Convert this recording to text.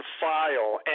file